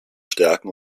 stärken